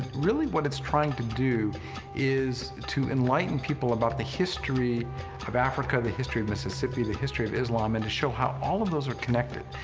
really what it's trying to do is to enlighten people about the history of africa, the history of mississippi, the history of islam, and to show how all of those are connected,